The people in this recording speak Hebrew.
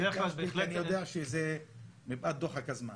אני יודע שזה מפאת דוחק הזמן.